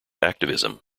activism